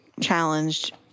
challenged